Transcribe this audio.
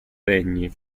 regni